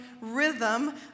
rhythm